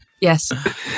Yes